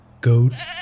Goats